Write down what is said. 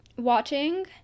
watching